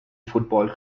football